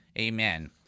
amen